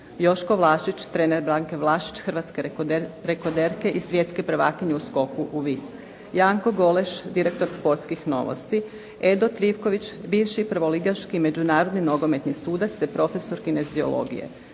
Joško Vlašić, trener Blanke Vlašić, hrvatske rekorderke i svjetske prvakinje u skoku u vis, Janko Goleš, direktor Sportskih novosti, Edo Trivković, bivši prvoligaški međunarodni nogometni sudac te profesor kineziologije.